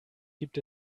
gibt